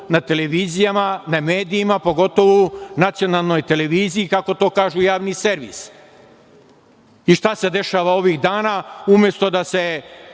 na televizijama, na medijama, pogotovo na nacionalnoj televiziji, kako to kažu javni servis, i šta se dešava ovih dana, umesto da se